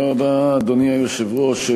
אדוני היושב-ראש,